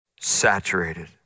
saturated